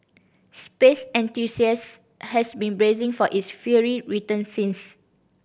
space enthusiasts has been bracing for its fiery return since